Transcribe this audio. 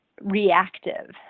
reactive